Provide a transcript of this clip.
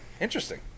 interesting